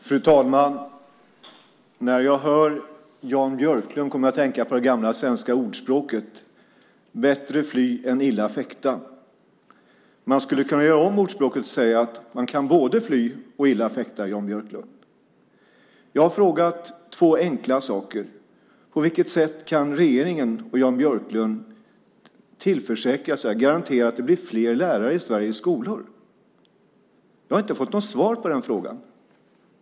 Fru talman! När jag hör Jan Björklund kommer jag att tänka på det gamla svenska ordspråket: Bättre fly än illa fäkta. Man skulle kunna göra om ordspråket och säga att man kan både fly och illa fäkta, Jan Björklund. Jag har frågat två enkla saker. På vilket sätt kan regeringen och Jan Björklund garantera att det blir fler lärare i Sveriges skolor? Jag har inte fått något svar på den frågan.